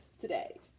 today